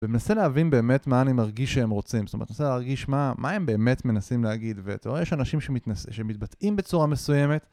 ומנסה להבין באמת מה אני מרגיש שהם רוצים זאת אומרת, מנסה להרגיש מה הם באמת מנסים להגיד ותראה, יש אנשים שמתבטאים בצורה מסוימת